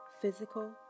physical